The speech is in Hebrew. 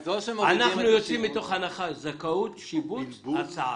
אנחנו יוצאים מתוך הנחה של זכאות, שיבוץ, הסעה.